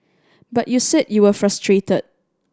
but you said you were frustrated